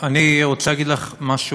אני רוצה להגיד לך משהו,